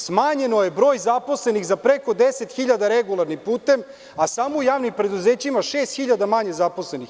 Smanjen je broj zaposlenih za preko 10.000 regularnim putem, a samo u javnim preduzećima je bilo 6.000 manje zaposlenih.